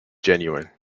genuine